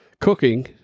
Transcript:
cooking